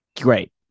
Great